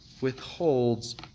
withholds